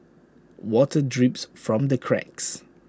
water drips from the cracks